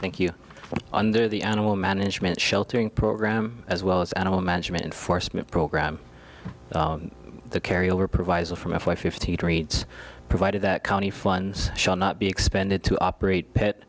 thank you under the animal management sheltering program as well as animal management enforcement program the carry over proviso from f i fifty treats provided that county funds shall not be expended to operate pet